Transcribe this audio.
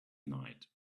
night